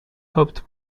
hoped